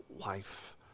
life